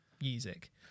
music